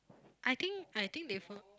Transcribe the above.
I think I think they follow